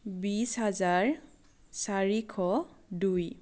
বিছ হাজাৰ চাৰিশ দুই